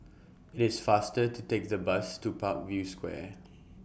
IS faster to Take The Bus to Parkview Square